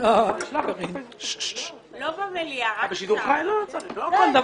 --- לא במליאה, רק עכשיו.